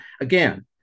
again